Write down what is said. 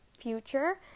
future